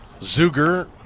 Zuger